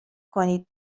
کنید